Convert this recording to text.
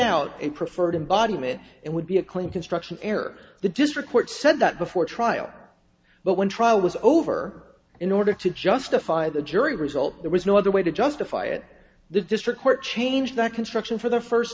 a preferred embodiment and would be a clean construction error the just report said that before trial but when trial was over in order to justify the jury result there was no other way to justify it the district court changed that construction for the first